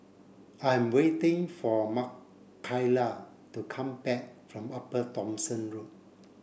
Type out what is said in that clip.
I am waiting for Makaila to come back from Upper Thomson Road